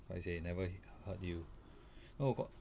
paiseh never he~ heard you no got